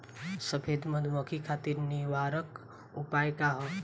सफेद मक्खी खातिर निवारक उपाय का ह?